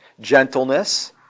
Gentleness